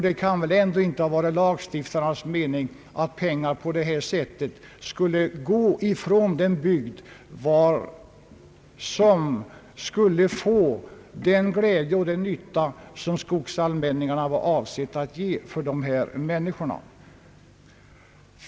Det kan väl ändå inte ha varit lagstiftarnas mening att pengarna skulle gå ifrån den bygd som skulle få glädje och nytta av skogsallmänningarna på det sätt som har avsetts.